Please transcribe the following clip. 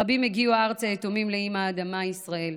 רבים הגיעו ארצה יתומים לאימא אדמה ישראל.